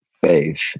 faith